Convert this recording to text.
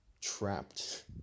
trapped